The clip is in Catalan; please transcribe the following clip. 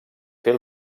fer